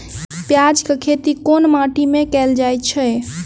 प्याज केँ खेती केँ माटि मे कैल जाएँ छैय?